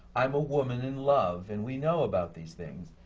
i'm a woman in love and we know about these things.